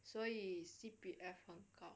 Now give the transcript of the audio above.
所以 C_P_F 很高